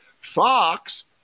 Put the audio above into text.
Fox